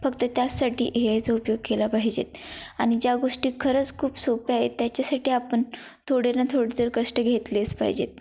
फक्त त्याचसाठी ए आयचा उपयोग केला पाहिजे आणि ज्या गोष्टी खरंच खूप सोप्या आहेत त्याच्यासाठी आपण थोडे ना थोडे तर कष्ट घेतलेच पाहिजे